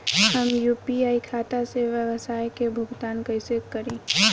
हम यू.पी.आई खाता से व्यावसाय के भुगतान कइसे करि?